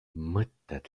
mõtted